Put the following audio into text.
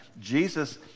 Jesus